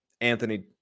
Anthony